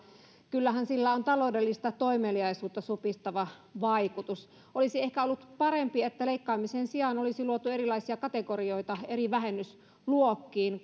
kyllähän sillä on taloudellista toimeliaisuutta supistava vaikutus olisi ehkä ollut parempi että leikkaamisen sijaan olisi luotu erilaisia kategorioita eri vähennysluokkia